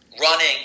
running